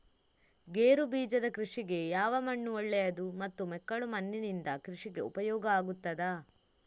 ಗೇರುಬೀಜದ ಕೃಷಿಗೆ ಯಾವ ಮಣ್ಣು ಒಳ್ಳೆಯದು ಮತ್ತು ಮೆಕ್ಕಲು ಮಣ್ಣಿನಿಂದ ಕೃಷಿಗೆ ಉಪಯೋಗ ಆಗುತ್ತದಾ?